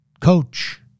Coach